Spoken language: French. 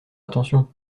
attention